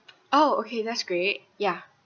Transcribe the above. oh okay that's great ya